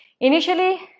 Initially